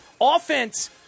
offense